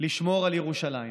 לשמור על ירושלים.